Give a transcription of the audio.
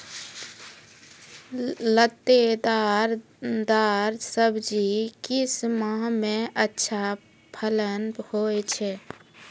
लतेदार दार सब्जी किस माह मे अच्छा फलन होय छै?